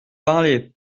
parlez